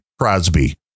Crosby